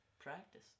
practice